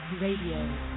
Radio